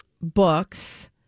books